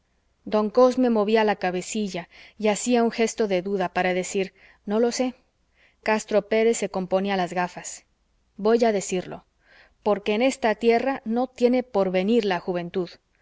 don cosme movía la cabecilla y hacía un gesto de duda para decir no lo sé castro pérez se componía las gafas voy a decirlo porque en esta tierra no tiene porvenir la juventud